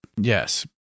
Yes